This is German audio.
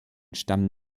stammen